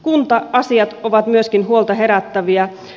kunta asiat ovat myöskin huolta herättäviä